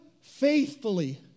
faithfully